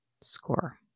score